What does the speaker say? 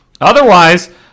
Otherwise